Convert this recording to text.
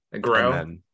Grow